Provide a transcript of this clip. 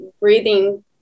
breathing